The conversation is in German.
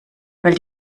weil